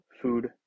Food